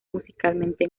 musicalmente